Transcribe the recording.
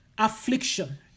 affliction